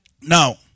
Now